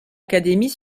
académies